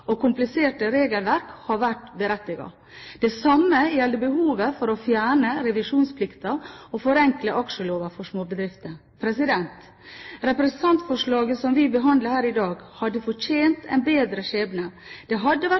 og kompliserte regelverk har vært berettiget. Det samme gjelder behovet for å fjerne revisjonsplikten og forenkle aksjeloven for små bedrifter. Representantforslaget som vi behandler her i dag, hadde fortjent en bedre skjebne. Det hadde vært